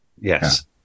Yes